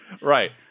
Right